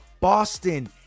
Boston